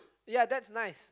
ya that's nice